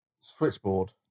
switchboard